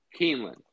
Keeneland